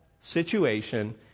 situation